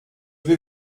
vais